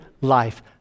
life